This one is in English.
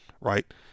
Right